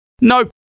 Nope